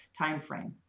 timeframe